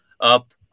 up